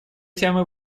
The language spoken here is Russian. темы